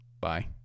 Bye